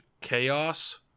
chaos